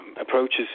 approaches